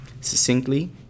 Succinctly